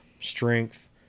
strength